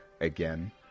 again